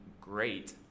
great